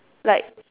like